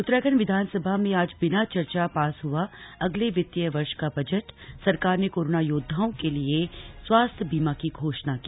उत्तराखंड विधानसभा में आज बिना चर्चा पास हआ अगले वित्तीय वर्ष का बजट सरकार ने कोरोना योदधाओं के लिए स्वास्थ्य बीमा की घोषणा की